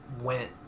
went